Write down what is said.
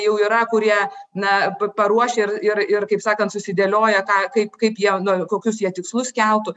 jau yra kurie na paruošę ir ir ir kaip sakant susidėlioję tą kaip kaip jie na kokius jie tikslus keltų